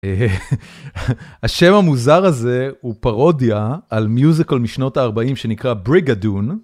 השם המוזר הזה הוא פרודיה על מיוזיקל משנות הארבעים שנקרא בריגדון.